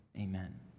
Amen